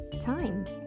time